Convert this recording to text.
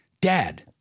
Dad